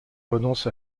renonce